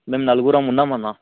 మేము నలుగురు ఉన్నాం అన్న